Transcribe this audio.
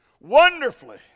wonderfully